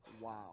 Wow